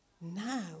Now